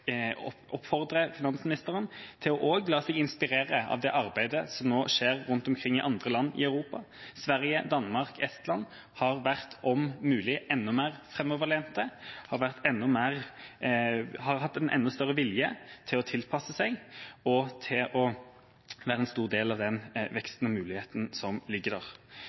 finansministeren til også å la seg inspirere av det arbeidet som nå skjer rundt omkring i andre land i Europa. Sverige, Danmark og Estland har vært, om mulig, enda mer framoverlent og har hatt en enda større vilje til å tilpasse seg og til å være en stor del av den veksten og muligheten som ligger der.